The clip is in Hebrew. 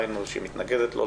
היינו שהיא מתנגדת לו.